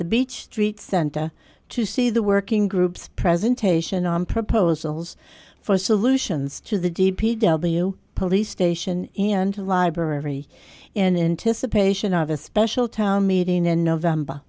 the beach street center to see the working groups presentation on proposals for solutions to the d p w police station and a library in anticipation of a special town meeting in november